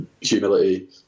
humility